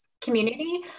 community